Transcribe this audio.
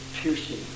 piercing